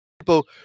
people